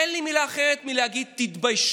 אין לי מילה אחרת חוץ מלהגיד: תתביישו,